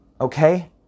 okay